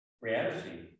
reality